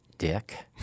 Dick